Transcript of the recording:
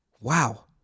wow